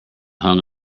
hung